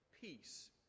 peace